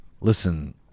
Listen